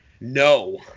No